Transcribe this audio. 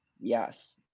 Yes